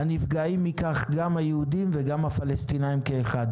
נפגעים מכך גם היהודים וגם הפלסטינים כאחד